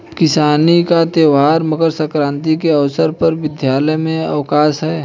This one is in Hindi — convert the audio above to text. किसानी का त्यौहार मकर सक्रांति के अवसर पर विद्यालय में अवकाश है